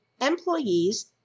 Employees